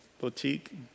boutique